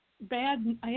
bad